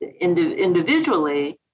individually